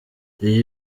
iyo